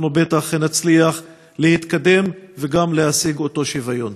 אנחנו בטח נצליח להתקדם וגם להשיג שוויון.